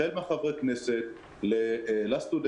החל מחברי הכנסת לסטודנטים,